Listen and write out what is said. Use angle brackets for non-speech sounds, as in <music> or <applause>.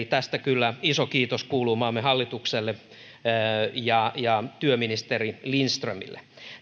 <unintelligible> tästä kyllä iso kiitos kuuluu maamme hallitukselle ja ja työministeri lindströmille